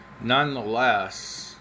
nonetheless